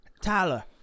Tyler